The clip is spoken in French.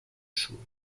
choses